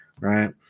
right